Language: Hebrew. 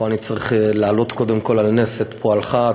פה אני צריך להעלות קודם כול על נס את פועלך.